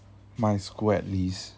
my school at least